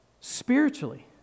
spiritually